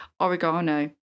oregano